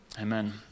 Amen